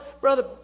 Brother